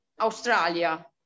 Australia